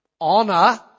Honor